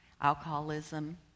alcoholism